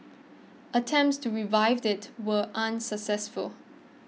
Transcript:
attempts to revive it were unsuccessful